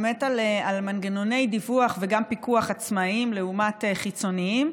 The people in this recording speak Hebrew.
על מנגנוני דיווח וגם פיקוח עצמאיים לעומת חיצוניים,